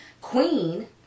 Queen